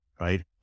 right